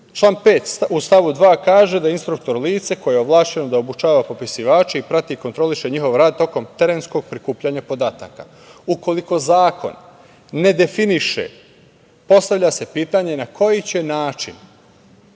član 5. u stavu 2. kaže da je instruktor lice koje je ovlašćeno da obučava popisivače i prati i kontroliše njihov rad tokom terenskog prikupljanja podataka. Ukoliko zakon ne definiše, postavlja se pitanje na koji će način